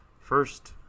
First